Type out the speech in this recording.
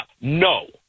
no